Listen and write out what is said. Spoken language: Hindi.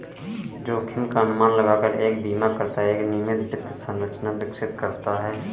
जोखिम का अनुमान लगाकर एक बीमाकर्ता एक नियमित वित्त संरचना विकसित करता है